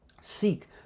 Seek